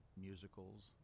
musicals